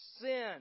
sin